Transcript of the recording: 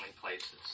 places